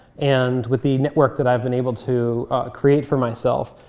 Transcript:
and with the network that i've been able to create for myself,